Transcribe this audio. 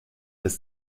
dass